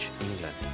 England